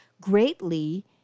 greatly